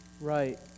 right